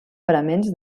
paraments